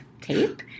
tape